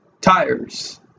tires